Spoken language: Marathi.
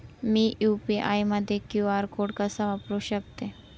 मी यू.पी.आय मध्ये क्यू.आर कोड कसा वापरु शकते?